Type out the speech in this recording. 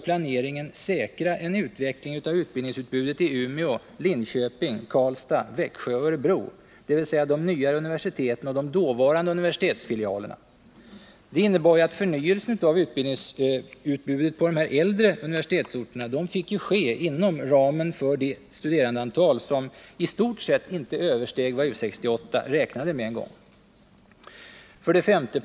Planeringen skulle säkra en utveckling av utbildningsutbudet i Umeå, Linköping, Karlstad och Örebro, dvs. de nyare universiteten och de dåvarande universitetsfilialerna. Detta innebar att förnyelsen av utbildningsutbudet på de äldre universitetsorterna finge ske inom ramen för ett studerandeantal som i stort sett inte översteg vad U 68 en gång räknade med. 5.